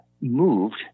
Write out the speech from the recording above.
moved